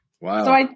Wow